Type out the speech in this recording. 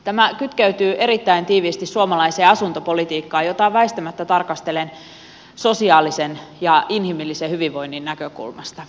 tämä kytkeytyy erittäin tiiviisti suomalaiseen asuntopolitiikkaan jota väistämättä tarkastelen sosiaalisen ja inhimillisen hyvinvoinnin näkökulmasta